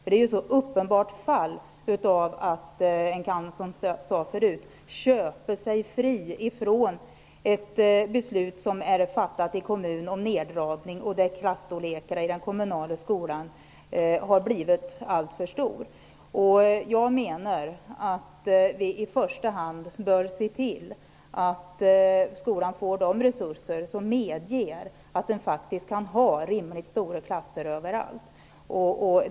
Det är ett uppenbart fall av att man, som jag sade förut, köper sig fri från ett beslut som har fattats i kommunen om neddragningar och som har lett till att klasserna i den kommunala skolan har blivit alltför stora. Jag menar att vi i första hand bör se till att skolan får de resurser som medger att skolan faktiskt får rimligt stora klasser överallt.